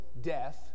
death